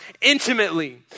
intimately